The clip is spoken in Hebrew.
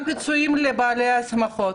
גם פיצויים לבעלי השמחות